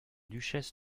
duchesse